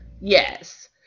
Yes